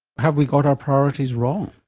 have we got our priorities wrong?